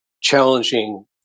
challenging